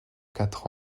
quatre